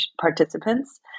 participants